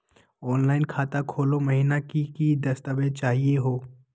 Online खाता खोलै महिना की की दस्तावेज चाहीयो हो?